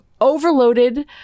overloaded